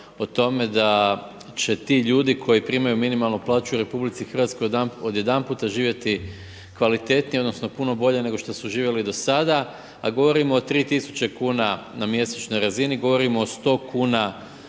o tome da će ti ljudi koji primaju minimalnu plaću u RH od jedan puta živjeti kvalitetnije odnosno puno bolje nego što su živjeli do sada, a govorimo o 3.000 kuna na mjesečnoj razini, govorimo o 100 kuna